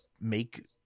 make